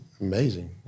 amazing